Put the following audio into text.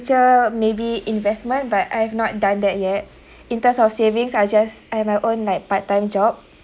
future maybe investment but I've not done that yet in terms of savings I just I have my own like part time job